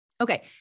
Okay